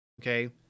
okay